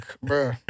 Bro